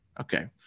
Okay